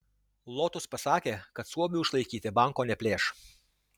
lotus pasakė kad suomiui išlaikyti banko neplėš